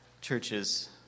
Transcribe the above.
churches